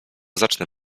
zacznę